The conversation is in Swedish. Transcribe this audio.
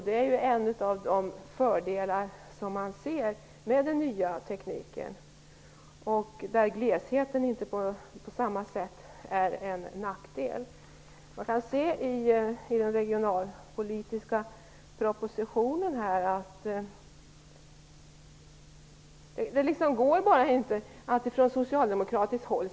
Det är en av de fördelar man ser med den nya tekniken; där är glesheten inte en nackdel på samma sätt som tidigare. Det går inte att fortsätta som man gör från socialdemokratiskt håll.